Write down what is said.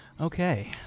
Okay